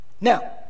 Now